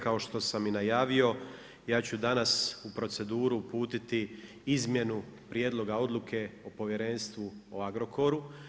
Kao što sam i najavio, ja ću danas u proceduru uputiti izmjenu prijedloga odluke o povjerenstvu o Agrokoru.